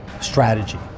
strategy